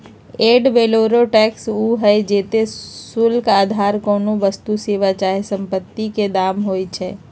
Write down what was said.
ad valorem tax उ हइ जेते शुल्क अधार कोनो वस्तु, सेवा चाहे सम्पति के दाम होइ छइ